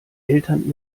eltern